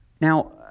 Now